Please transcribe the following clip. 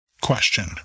question